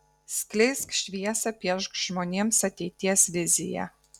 skleisk šviesą piešk žmonėms ateities viziją